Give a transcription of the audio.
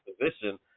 position